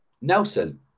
Nelson